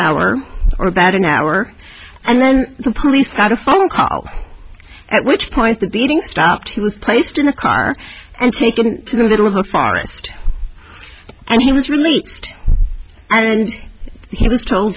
for about an hour and then the police got a phone call at which point the beating stopped he was placed in a car and taken to the middle of a pharmacist and he was released and he